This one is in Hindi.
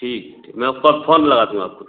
ठीक ठीक मैं आपको फ़ोन लगा दूँगा आपको